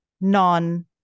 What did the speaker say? non